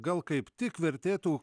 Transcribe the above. gal kaip tik vertėtų